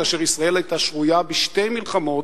כאשר ישראל היתה שרויה בשתי מלחמות,